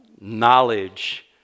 knowledge